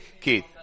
Keith